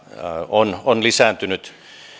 on on lisääntynyt